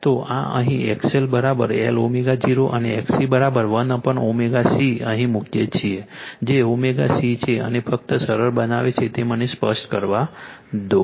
તો આ અહીં XL L ω0 અને XC 1ω C અહીં મુકીએ છીએ જે ω0 C છે અને ફક્ત સરળ બનાવે છે મને તે સ્પષ્ટ કરવા દો